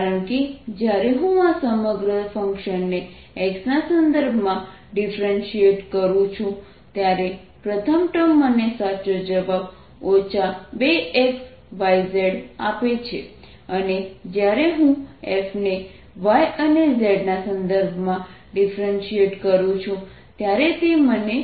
કારણ કે જ્યારે હું આ સમગ્ર ફંક્શનને x ના સંદર્ભમાં ડિફરેન્શીએટ કરું છું ત્યારે પ્રથમ ટર્મ મને સાચો જવાબ 2xyz આપે છે અને જ્યારે હું F ને y અને z ના સંદર્ભમાં ડિફરેન્શીએટ કરું છું ત્યારે તે મને 0 આપે છે